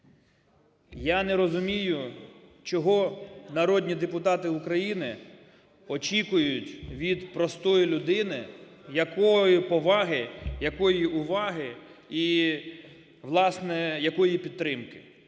Я не розумію, чого народні депутати України очікують від простої людини, якої поваги, якої уваги і, власне, якої підтримки.